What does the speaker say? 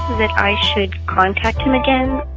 that i should contact him again.